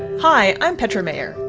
hi. i'm petra mayer.